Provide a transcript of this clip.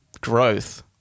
growth